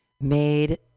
made